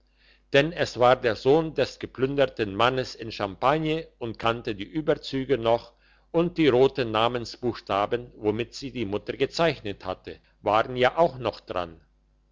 denn es war der sohn des geplünderten mannes in champagne und kannte die überzüge noch und die roten namensbuchstaben womit sie die mutter gezeichnet hatte waren ja auch noch daran